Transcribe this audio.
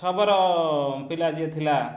ଶବର ପିଲା ଯିଏ ଥିଲା